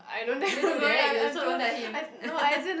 do you do that you also don't tell him